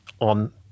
on